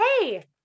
hey